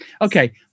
okay